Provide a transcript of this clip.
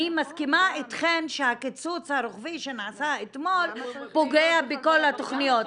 אני מסכימה איתכן שהקיצוץ הרוחבי שנעשה אתמול פוגע בכל התכניות,